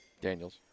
daniels